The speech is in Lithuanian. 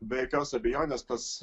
be jokios abejonės tas